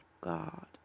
God